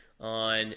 on